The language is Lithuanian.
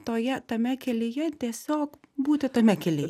toje tame kelyje tiesiog būti tame kely